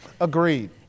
Agreed